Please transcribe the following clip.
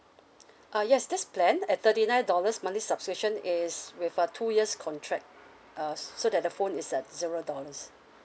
uh yes this plan at thirty nine dollars monthly subscription is with a two years contract uh so that the phone is at zero dollars